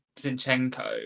Zinchenko